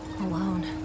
Alone